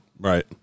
Right